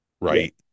right